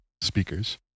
speakers